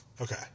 okay